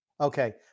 Okay